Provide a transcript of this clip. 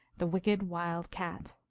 the wicked wild cat.